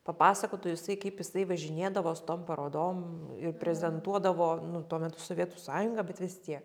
papasakotų jisai kaip jisai važinėdavo su tom parodom ir prezentuodavo nu tuo metu sovietų sąjungą bet vis tiek